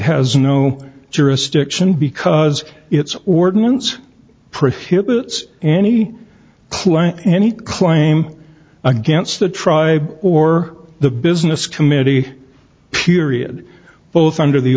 has no jurisdiction because it's ordinance prohibits any client any claim against the tribe or the business committee period both under the